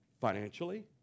financially